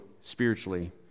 spiritually